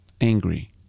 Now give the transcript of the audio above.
angry